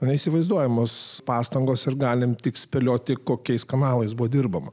neįsivaizduojamos pastangos ir galime tik spėlioti kokiais kanalais buvo dirbama